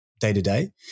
day-to-day